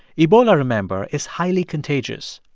ebola, remember, is highly contagious.